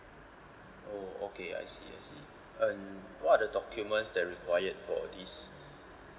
oh okay I see I see and what are the documents that required for this